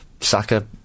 Saka